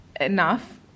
enough